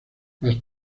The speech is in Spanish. más